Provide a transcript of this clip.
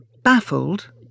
Baffled